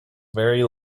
very